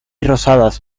rosadas